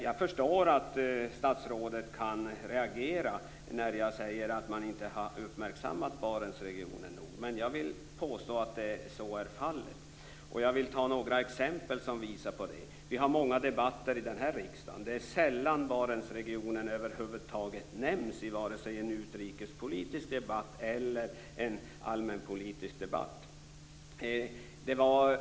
Jag förstår att statsrådet reagerar när jag säger att man inte har uppmärksammat Barentsregionen. Men jag vill påstå att så är fallet, och jag skall ta upp några exempel som visar på detta. Vi har många debatter här i kammaren, men det är sällan som Barentsregionen över huvudet taget nämns i vare sig en utrikespolitisk debatt eller i en allmänpolitisk debatt.